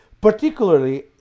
Particularly